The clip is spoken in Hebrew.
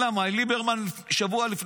אלא מאי, ליברמן התפטר